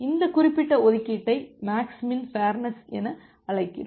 இந்த குறிப்பிட்ட ஒதுக்கீட்டை மேக்ஸ் மின் ஃபேர்நெஸ் என அழைக்கிறோம்